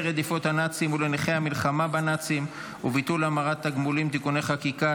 רדיפות הנאצים ולנכי המלחמה בנאצים וביטול המרת תגמולים (תיקוני חקיקה),